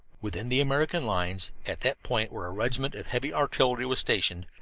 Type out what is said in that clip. within the american lines, at that point where a regiment of heavy artillery was stationed,